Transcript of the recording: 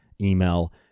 email